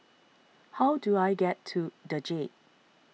how do I get to the Jade